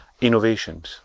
innovations